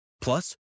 Plus